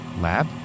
lab